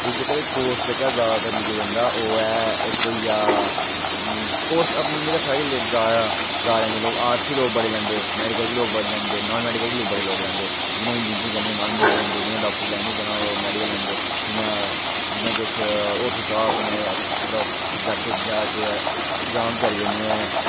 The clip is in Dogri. ते जेह्का एह् कोर्स जैदातर लेइयै जंदा ओह् है इक होई गैआ कोर्स अपनी अपनी ज'गा सारे जैदा लैंदे लोक आर्ट्स बी लोक बड़े लैंदे मैडिकल बी लोक बड़े लैंदे नान मैडिकल बी लोक बड़े लैंदे जि'नें इंजीनियरिंग करनी ओह् लैंदे जि'नें डाक्टरी लाइन च जाना ओह् मैडिकल लैंदे जि'नें किश होर सोचे दा होंदा ओह् सब्जैक्ट कुदै इग्जाम दी त्यारी करनी होऐ